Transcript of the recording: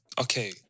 Okay